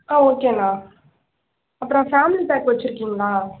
ஆ ஓகேண்ணா அப்புறம் family pack வெச்சுருக்கீங்களா